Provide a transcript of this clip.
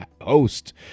host